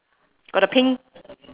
got the pink